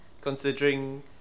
considering